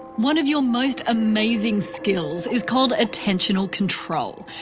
one of your most amazing skills is called attentional control.